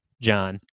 John